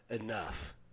enough